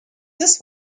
this